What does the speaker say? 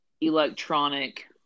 electronic